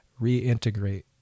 reintegrate